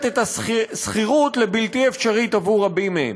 את השכירות לבלתי-אפשרית עבור רבים מהם.